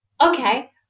okay